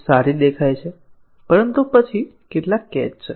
ખૂબ સારી દેખાય છે પરંતુ પછી કેટલાક કેચ છે